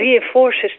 reinforces